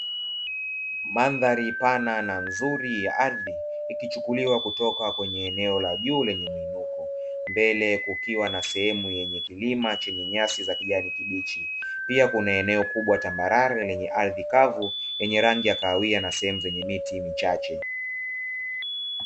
Mandhari pana na nzuri ya ardhi ikichukulia kutoka kwenye eneo la juu lenye mwinuko, mbele kukiwa na sehemu yenye kilima cha nyasi ya kijani kibichi, pia kuna eneo kubwa tambarare ya ardhi kavu yenye rangi ya kawia na sehemu za miti michache.